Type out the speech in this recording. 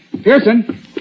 Pearson